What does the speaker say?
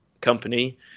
company